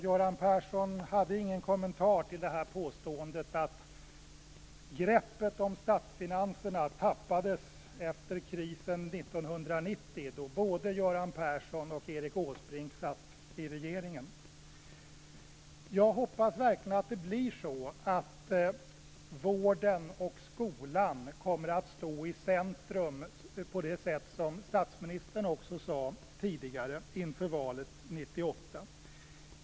Göran Persson hade ingen kommentar till påståendet att greppet om statsfinanserna tappades efter krisen 1990 då både Göran Persson och Erik Jag hoppas verkligen att det blir så att vården och skolan kommer att stå i centrum inför valet 1998 på det sätt som statsministern sade tidigare.